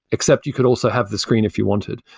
except you could also have the screen if you wanted.